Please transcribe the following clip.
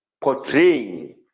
portraying